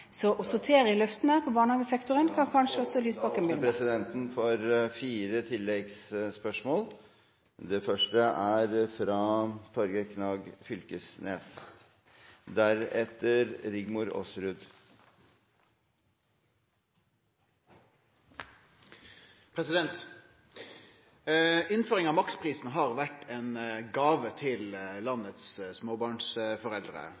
Så å sortere i løftene på barnehagesektoren kan kanskje også Lysbakken begynne med. Det blir gitt anledning til fire oppfølgingsspørsmål – først Torgeir Knag Fylkesnes. Innføringa av maksprisen har vore ei gåve til